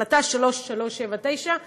החלטה 3379,